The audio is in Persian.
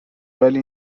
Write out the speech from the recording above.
ولی